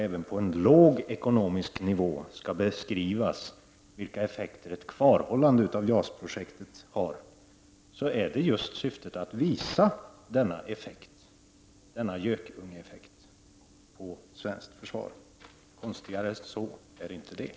Även på den lägsta nivån skall beskrivas vilken effekt ett kvarhållande av JAS-projektet har. Syftet med detta är just att visa denna gökungeeffekt på det svenska försvaret. Konstigare än så är det inte.